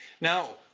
Now